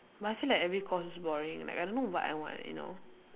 but I feel like every course is boring like I don't know what I want you know